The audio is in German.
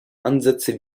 ansätze